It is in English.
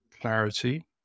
clarity